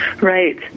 Right